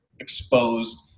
exposed